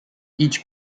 each